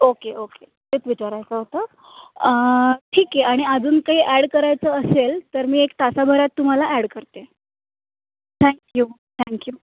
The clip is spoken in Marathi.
ओके ओके तेच विचारायचं होतं ठीक आहे आणि अजून काही ॲड करायचं असेल तर मी एक तासाभरात तुम्हाला ॲड करते थँक्यू थँक्यू